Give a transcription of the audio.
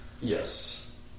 Yes